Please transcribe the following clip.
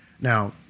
Now